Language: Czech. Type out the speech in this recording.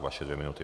Vaše dvě minuty.